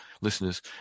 listeners